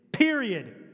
period